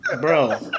Bro